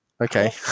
Okay